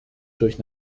durch